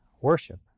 worship